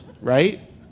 right